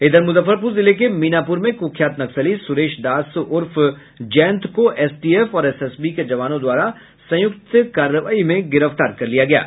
इधर मुजफ्फरपुर जिले के मीनापुर में कुख्यात नक्सली सुरेश दास उर्फ जयंत को एसटीएफ और एसएसबी के जवानों द्वारा संयुक्त कार्रवाई में गिरफ्तार किया गया है